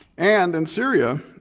and in syria,